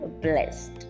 blessed